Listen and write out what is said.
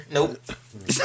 Nope